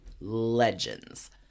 Legends